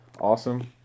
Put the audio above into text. Awesome